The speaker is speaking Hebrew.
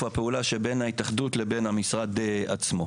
הפעולה שבין ההתאחדות לבין המשרד עצמו.